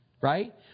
Right